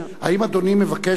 האם אדוני מבקש שזה,